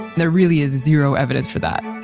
there really is zero evidence for that